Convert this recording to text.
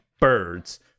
birds